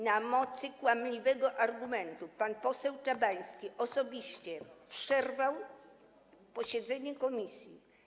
Na mocy kłamliwego argumentu pan poseł Czabański osobiście przerwał posiedzenie komisji.